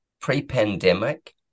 pre-pandemic